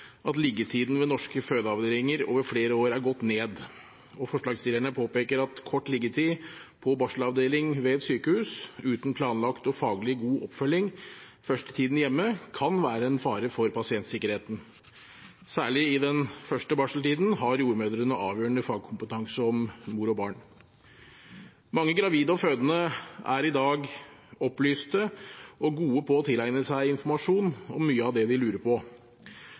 at liggetiden ved norske fødeavdelinger over flere år er gått ned, og forslagsstillerne påpeker at kort liggetid på barselavdeling ved et sykehus, uten planlagt og faglig god oppfølging første tiden hjemme, kan være en fare for pasientsikkerheten. Særlig i den første barseltiden har jordmødrene avgjørende fagkompetanse om mor og barn. Mange gravide og fødende er i dag opplyste og gode på å tilegne seg informasjon om mye av det de lurer på.